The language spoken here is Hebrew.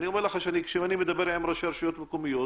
אם אני מדבר עם ראשי רשויות מקומיות